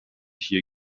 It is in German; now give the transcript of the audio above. hier